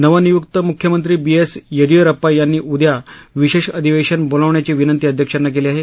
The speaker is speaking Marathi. नवनियुक्त मुख्यमंत्री बी एस येडीयुरप्पा यांनी उद्या विशेष आधिवेशन बोलवण्याची विनंती अध्यक्षांना केली आहे